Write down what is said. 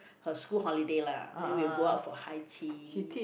her school holiday lah then we'll go out for high tea